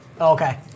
Okay